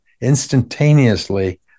instantaneously